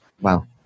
wow